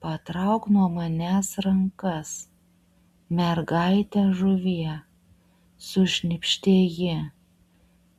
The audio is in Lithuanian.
patrauk nuo manęs rankas mergaite žuvie sušnypštė ji